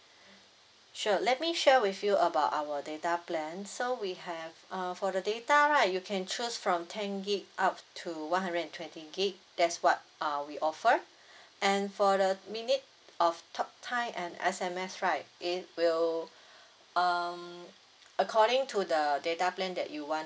sure let me share with you about our data plan so we have uh for the data right you can choose from ten gig up to one hundred and twenty gig that's what uh we offer and for the minute of talk time and S_M_S right it will um according to the data plan that you want